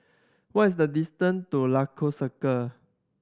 what is the distance to Lagos Circle